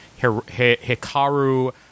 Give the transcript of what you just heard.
Hikaru